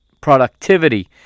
productivity